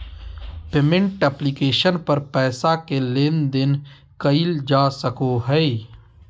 payment application पर पैसा के लेन देन कइल जा सको हइ